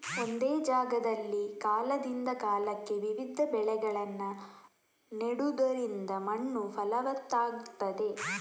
ಒಂದೇ ಜಾಗದಲ್ಲಿ ಕಾಲದಿಂದ ಕಾಲಕ್ಕೆ ವಿವಿಧ ಬೆಳೆಗಳನ್ನ ನೆಡುದರಿಂದ ಮಣ್ಣು ಫಲವತ್ತಾಗ್ತದೆ